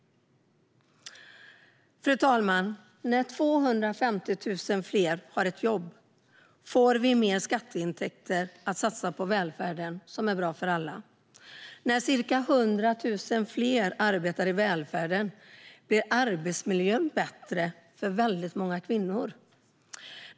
Fru talman! När 250 000 fler har ett jobb får vi mer skatteintäkter att satsa på välfärden, vilket är bra för alla. När ca 100 000 fler arbetar i välfärden blir arbetsmiljön bättre för väldigt många kvinnor.